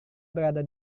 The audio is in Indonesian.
berada